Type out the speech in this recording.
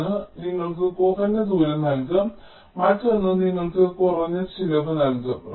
ഒന്ന് നിങ്ങൾക്ക് കുറഞ്ഞ ദൂരം നൽകും മറ്റൊന്ന് നിങ്ങൾക്ക് കുറഞ്ഞ ചിലവ് നൽകും